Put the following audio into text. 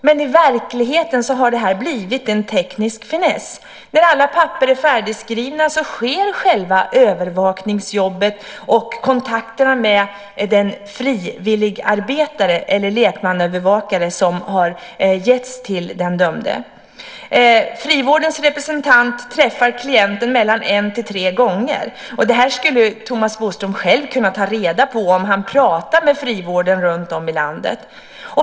Men i verkligheten har detta blivit en teknisk finess. När alla papper är färdigskrivna sker själva övervakningsjobbet och kontakterna med den frivilligarbetare eller lekmannaövervakare som har tilldelats den dömde. Frivårdens representant träffar klienten en-tre gånger. Det här skulle Thomas Bodström själv kunna ta reda på om han talade med dem som jobbar i frivården runtom i landet.